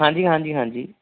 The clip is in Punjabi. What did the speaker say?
ਹਾਂਜੀ ਹਾਂਜੀ ਹਾਂਜੀ